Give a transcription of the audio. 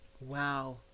Wow